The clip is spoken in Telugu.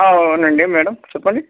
అవునండి మేడం చెప్పండి